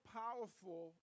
powerful